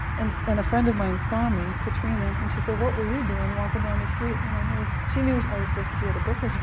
and and a friend of mine saw me, katrina. and she said, what were you doing walking down the street? when i knew she knew i was supposed to be at a book